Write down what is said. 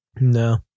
No